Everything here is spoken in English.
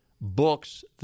books